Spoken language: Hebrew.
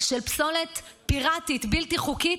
של פסולת פיראטית, בלתי חוקית,